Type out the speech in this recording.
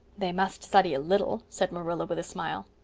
they must study a little, said marilla, with a smile.